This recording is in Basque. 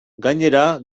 gainera